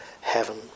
heaven